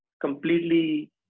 completely